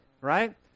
right